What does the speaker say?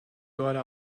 gerade